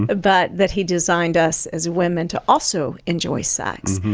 but that he designed us as women to also enjoy sex.